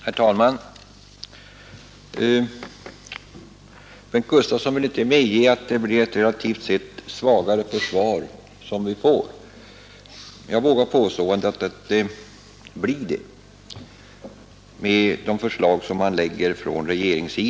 Herr talman! Bengt Gustavsson ville inte medge att de av regeringen framlagda förslagen leder till att vi får ett relativt sett svagare försvar. Jag vågar påstå att så blir fallet.